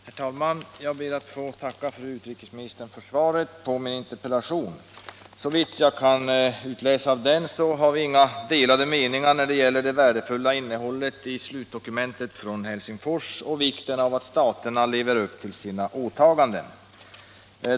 Herr talman! Jag ber att få tacka fru utrikesministern för svaret på interpellationen. Såvitt jag kan utläsa av svaret har vi inga delade meningar om det värdefulla innehållet i slutdokumentet från Helsingfors och vikten av att staterna lever upp till sina åtaganden.